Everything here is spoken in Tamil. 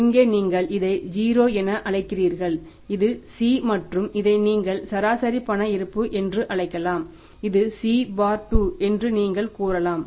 இங்கே நீங்கள் இதை 0 என அழைக்கிறீர்கள் இது C மற்றும் இதை நீங்கள் சராசரி பண இருப்பு என்று அழைக்கலாம் இது C 2 என்று நீங்கள் கூறலாம்